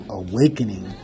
awakening